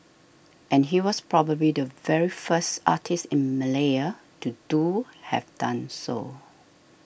and he was probably the very first artist in Malaya to do have done so